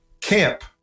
camp